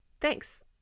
Thanks